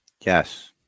Yes